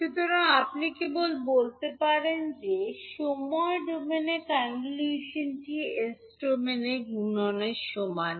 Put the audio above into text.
সুতরাং আপনি কেবল বলতে পারেন যে সময় ডোমেনে কনভলিউশনটি এস ডোমেনে গুণনের সমান